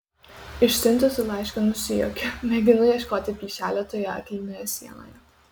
išsiuntusi laišką nusijuokiu mėginu ieškoti plyšelio toje aklinoje sienoje